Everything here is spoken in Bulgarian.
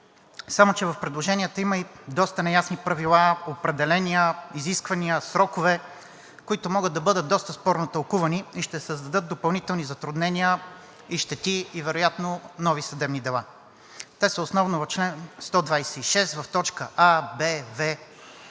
Само че в предложенията има и доста неясни правила, определения, изисквания, срокове, които могат да бъдат доста спорно тълкувани и ще създадат допълнителни затруднения, щети и вероятно нови съдебни дела. Те са основно в чл. 126, в точки а, б, в.